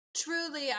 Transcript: truly